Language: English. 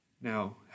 Now